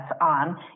on